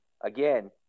again